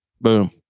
Boom